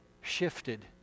shifted